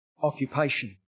occupation